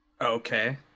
Okay